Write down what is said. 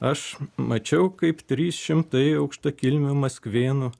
aš mačiau kaip trys šimtai aukšta kilme maskvėnų